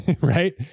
Right